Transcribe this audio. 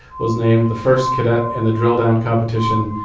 was named the first cadet in the drill down competition.